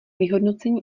vyhodnocení